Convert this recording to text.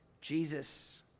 Jesus